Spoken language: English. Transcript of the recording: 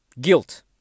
Guilt